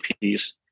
piece